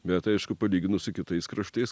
bet aišku palyginus su kitais kraštais